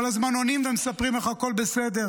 כל הזמן עונים ומספרים איך הכול בסדר,